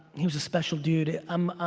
he was a special dude. um